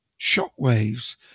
shockwaves